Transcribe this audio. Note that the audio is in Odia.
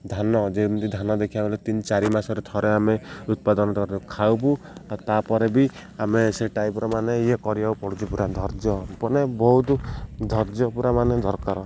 ଧାନ ଯେମିତି ଧାନ ଦେଖିବାକୁ ବଲେ ତିନି ଚାରି ମାସରେ ଥରେ ଆମେ ଉତ୍ପାଦନରେ ଖାଇବୁ ଆଉ ତାପରେ ବି ଆମେ ସେ ଟାଇପ୍ର ମାନେ ଇଏ କରିବାକୁ ପଡ଼ୁଛି ପୁରା ଧୈର୍ଯ୍ୟ ମାନେ ବହୁତ ଧର୍ଯ୍ୟ ପୁରା ମାନେ ଦରକାର